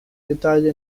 detalle